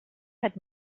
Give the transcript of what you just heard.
had